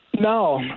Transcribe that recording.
No